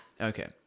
Okay